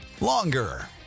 longer